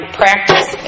practice